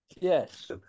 Yes